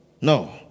No